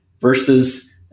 versus